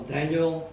Daniel